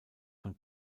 von